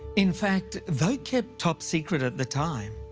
in fact though kept top secret at the time,